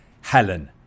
Helen